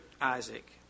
Isaac